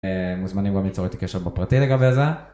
מוזמנים גם ליצור איתי קשר בפרטי לגבי זה.